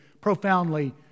profoundly